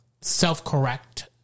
self-correct